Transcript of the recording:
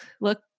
look